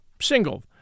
Single